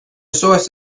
source